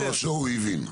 הוא הנהן בראשו, הוא הבין.